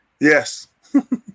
Yes